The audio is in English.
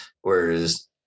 whereas